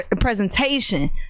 presentation